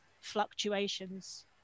fluctuations